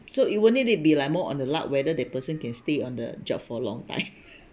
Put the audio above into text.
so you would need it be like more on the luck whether that person can stay on the job for long time